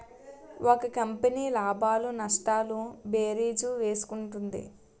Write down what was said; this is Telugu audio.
ఒక కంపెనీ లాభాలు నష్టాలు భేరీజు వేసుకుంటుంది